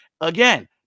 Again